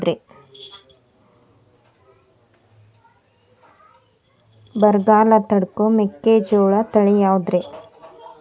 ಬರಗಾಲ ತಡಕೋ ಮೆಕ್ಕಿಜೋಳ ತಳಿಯಾವುದ್ರೇ?